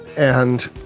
and